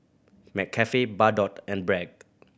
McCafe Bardot and Bragg